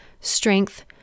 strength